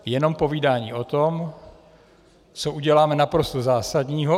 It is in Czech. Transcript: Jenom povídání o tom, co uděláme naprosto zásadního.